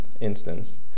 instance